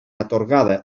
atorgada